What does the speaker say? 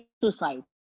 suicide